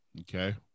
Okay